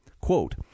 Quote